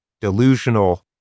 delusional